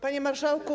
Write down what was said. Panie Marszałku!